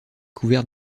couvert